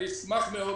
אני אשמח מאוד